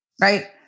right